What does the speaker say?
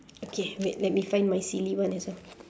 okay wait let me find my silly one as well